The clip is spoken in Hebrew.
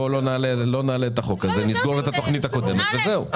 בואו לא נעלה את החוק הזה ונסגור את התוכנית הקודמת וזהו.